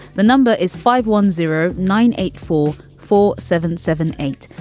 the number is five one zero nine eight four four seven seven eight.